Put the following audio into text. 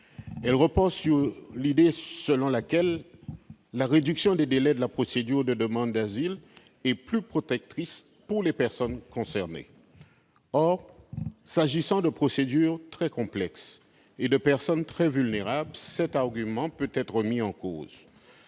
Elle repose sur l'idée selon laquelle la réduction des délais de la procédure de demande d'asile est plus protectrice pour les personnes concernées. Or, s'agissant de procédures très complexes et de personnes très vulnérables, cet argument peut être remis en cause.